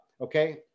okay